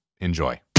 Enjoy